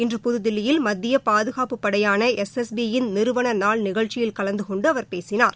இன்று புதுதில்லியில் மத்திய பாதுகாப்புப் படையாள எஸ் எஸ் பி யின் நிறுவனநாள் நிகழ்ச்சியில் கலந்து கொண்டு அவர் பேசினார்